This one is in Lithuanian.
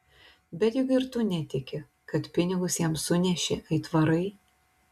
bet juk ir tu netiki kad pinigus jam sunešė aitvarai